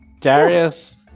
Darius